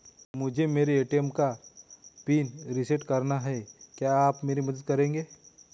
मुझे मेरे ए.टी.एम का पिन रीसेट कराना है क्या आप मेरी मदद करेंगे?